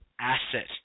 asset